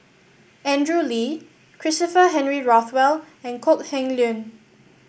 Andrew Lee Christopher Henry Rothwell and Kok Heng Leun